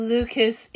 Lucas